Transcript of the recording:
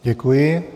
Děkuji.